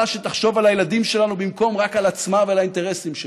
שתחשוב על הילדים שלנו במקום רק על עצמה ועל האינטרסים שלה.